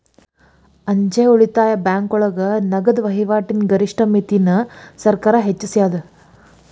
ಅಂಚೆ ಉಳಿತಾಯ ಬ್ಯಾಂಕೋಳಗ ನಗದ ವಹಿವಾಟಿನ ಗರಿಷ್ಠ ಮಿತಿನ ಸರ್ಕಾರ್ ಹೆಚ್ಚಿಸ್ಯಾದ